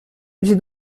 j’ai